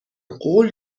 قول